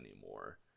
anymore